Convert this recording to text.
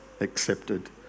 accepted